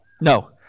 No